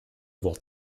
wort